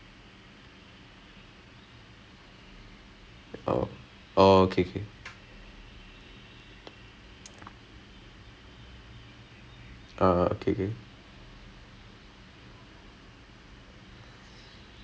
and and maybe what kind of sessions they want to hold with you guys so that you guys can have like a rough idea like okay dram~ drama wing நான் போனேன்னா:naan ponennaa only இந்த மாதிரி இருக்கும் இல்லை இந்த மாதிரி இருக்கும்:intha maathiri irukkum illai intha maathiiri irukkum or like dancing போனேனா இந்த மாதிரி:ponenaa intha maathiri uh that was the whole point though the I_Cs were very stunned